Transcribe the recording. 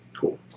Cool